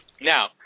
Now